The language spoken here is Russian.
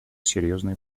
серьезные